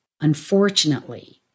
Unfortunately